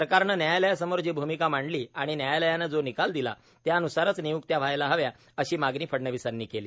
सरकारने न्यायालयासमोर जी भूमिका मांडली आणि न्यायालयाने जो निकाल दिला त्यान्सारच नियुक्तया व्हायला हव्यात अशी मागणी फडणवीसांनी केली